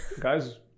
Guys